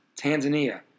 Tanzania